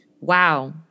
wow